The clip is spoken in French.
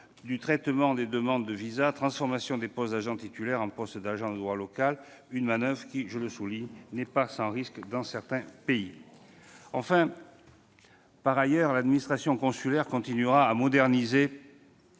du traitement des demandes de visas, transformation de postes d'agents titulaires en postes d'agents de droit local ... Je le souligne, cette manoeuvre n'est pas sans risque dans certains pays. Par ailleurs, l'administration consulaire continuera à moderniser